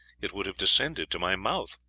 it would have descended to my mouth.